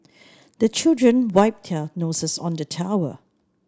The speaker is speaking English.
the children wipe their noses on the towel